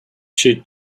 she